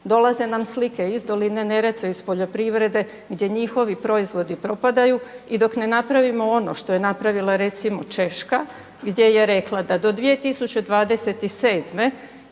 Dolaze nam slike iz doline Neretve, iz poljoprivrede, gdje njihovi proizvodi propadaju njihovi proizvodi propadaju i dok ne napravimo ono što je napravila recimo Češka gdje je rekla da do 2027.